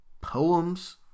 poems